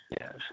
Yes